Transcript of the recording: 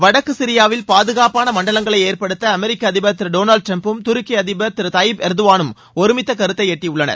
வடக்கு சிரியாவில் பாதுகாப்பான மண்டலங்களை ஏற்படுத்த அமெரிக்க அதிபர் திரு டொனால்டு டிரம்பும் துருக்கி அதிபர் திரு தயிப் ளர்டோகனும் ஒருமித்த கருத்தை எட்டியுள்ளனர்